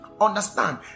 Understand